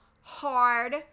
hard